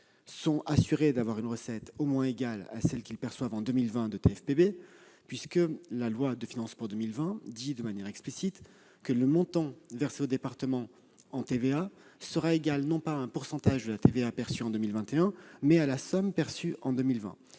sont assurés d'obtenir une recette au moins égale à celle qu'ils percevront en 2020 pour la TFPB : la loi de finances pour 2020 dispose explicitement que le montant versé aux départements en TVA sera égal non pas à un pourcentage de la TVA perçue en 2021, mais à la somme perçue en 2020.